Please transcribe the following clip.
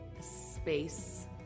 space